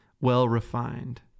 well-refined